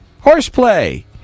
Horseplay